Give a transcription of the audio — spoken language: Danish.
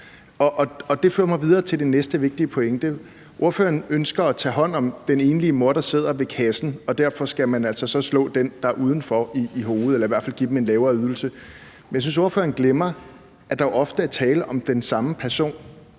det fører mig videre til den næste vigtige pointe. Ordføreren ønsker at tage hånd om den enlige mor, der sidder ved kassen, og derfor skal man så altså slå dem, der er udenfor, i hovedet eller i hvert fald give dem en lavere ydelse. Men jeg synes, at ordføreren glemmer, at der jo ofte er tale om den samme person.